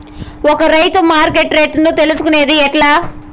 ఒక రైతుగా మార్కెట్ రేట్లు తెలుసుకొనేది ఎట్లా?